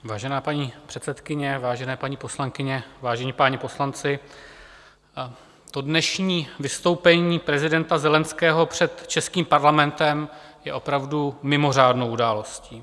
Vážená paní předsedkyně, vážené paní poslankyně, vážení páni poslanci, dnešní vystoupení prezidenta Zelenského před českým Parlamentem je opravdu mimořádnou událostí.